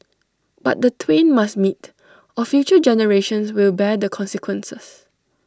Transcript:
but the twain must meet or future generations will bear the consequences